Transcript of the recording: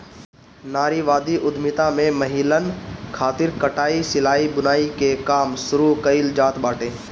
नारीवादी उद्यमिता में महिलन खातिर कटाई, सिलाई, बुनाई के काम शुरू कईल जात बाटे